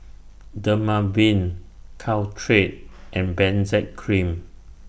Dermaveen Caltrate and Benzac Cream